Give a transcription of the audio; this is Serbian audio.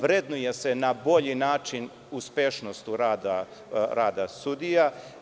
Vrednuje se na bolji način uspešnost rada sudija.